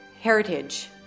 heritage